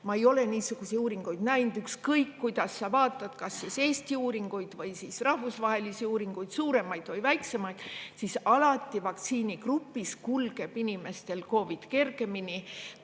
Ma ei ole niisuguseid uuringuid näinud. Ükskõik, kuidas sa vaatad – kas Eesti uuringuid või rahvusvahelisi uuringuid, suuremaid või väiksemaid –, alati vaktsiinigrupis kulgeb inimestel COVID kergemini